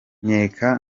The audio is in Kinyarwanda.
nkeka